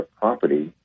property